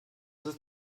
ist